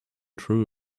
throw